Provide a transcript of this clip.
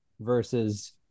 versus